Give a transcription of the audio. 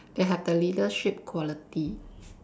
they have the leadership quality